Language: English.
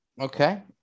Okay